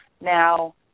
Now